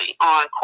on